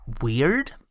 weird